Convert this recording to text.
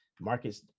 markets